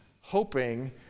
hoping